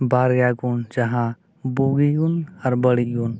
ᱵᱟᱨᱭᱟ ᱜᱩᱱ ᱡᱟᱦᱟᱸ ᱵᱩᱜᱤ ᱜᱩᱱ ᱟᱨ ᱵᱟᱹᱲᱤᱡ ᱜᱩᱱ